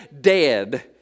dead